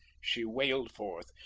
she wailed forth,